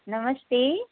नमस्ते